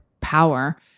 power